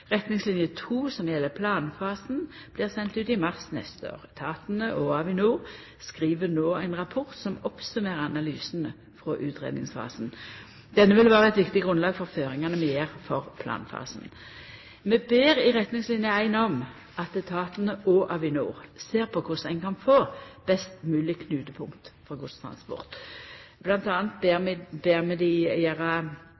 som gjeld planfasen, blir send ut i mars neste år. Etatane og Avinor skriv no ein rapport som oppsummerer analysane frå utgreiingsfasen. Denne vil vera eit viktig grunnlag for føringane vi gjev for planfasen. Vi ber i Retningsline 1 om at etatane og Avinor ser på korleis ein kan få best moglege knutepunkt for godstransport.